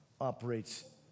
operates